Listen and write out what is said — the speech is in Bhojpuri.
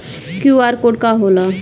क्यू.आर कोड का होला?